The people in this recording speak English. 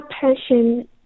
passion